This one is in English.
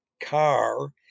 CAR